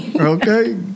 Okay